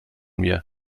mir